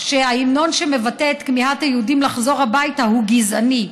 שההמנון שמבטא את כמיהת היהודים לחזור הביתה הוא גזעני.